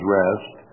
rest